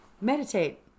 meditate